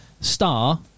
star